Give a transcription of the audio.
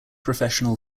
professional